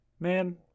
Man